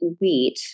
wheat